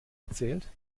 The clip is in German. erzählt